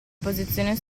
posizione